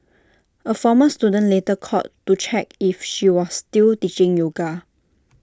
A former student later called to check if she was still teaching yoga